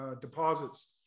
deposits